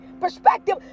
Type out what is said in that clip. perspective